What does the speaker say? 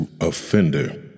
offender